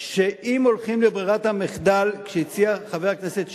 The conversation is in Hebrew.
שאם הולכים לברירת המחדל שהציע חבר הכנסת שטרית,